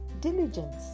Diligence